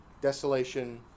desolation